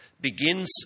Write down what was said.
begins